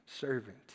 servant